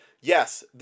yes